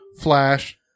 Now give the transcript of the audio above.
flash